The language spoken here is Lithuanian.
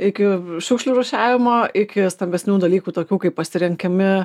iki šiukšlių rūšiavimo iki stambesnių dalykų tokių kaip pasirenkami